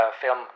film